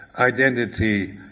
identity